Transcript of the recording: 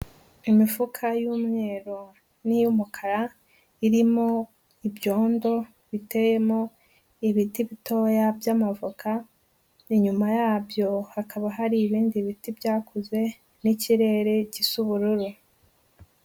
Imifuka y'umweru n'iy'umukara irimo ibyondo biteyemo ibiti bitoya by'amavoka, inyuma yabyo hakaba hari ibindi biti byakoze n'ikirere gisa ubururu.